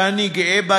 ואני גאה בה,